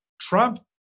Trump